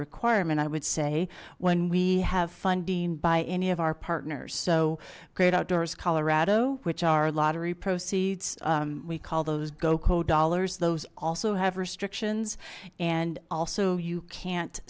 requirement i would say when we have funding by any of our partners so great outdoors colorado which are lottery proceeds we call those goko dollars those also have restrictions and also you can't